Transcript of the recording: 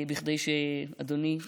כדי שאדוני ידע.